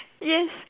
yes